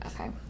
Okay